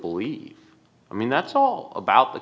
believe i mean that's all about the